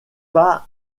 pas